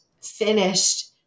finished